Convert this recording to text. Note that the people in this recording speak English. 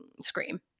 Scream